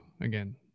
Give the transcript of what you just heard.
again